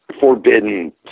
forbidden